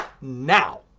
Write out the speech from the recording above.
now